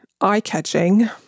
eye-catching